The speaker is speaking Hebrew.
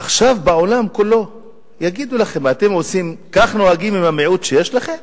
עכשיו בעולם כולו יגידו לכם: כך נוהגים עם המיעוט שיש לכם?